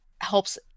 helps